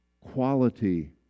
quality